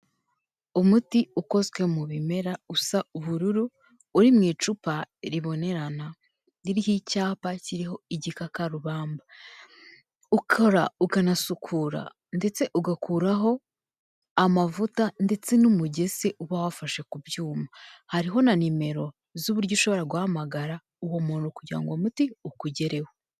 Umuti ukozwe mu bimera usa ubururu, uri mu icupa ribonerana. Ririho icyapa kiriho igikakarubamba. Ukora ukanasukura ndetse ugakuraho amavuta ndetse n'umugesi uba wafashe ku byuma. Hariho na nimero z'uburyo ushobora guhamagara uwo muntu kugira ngo uwo muti ukugereho.